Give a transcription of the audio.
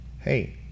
hey